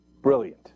brilliant